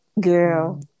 Girl